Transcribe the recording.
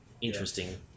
interesting